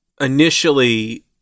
initially